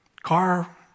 Car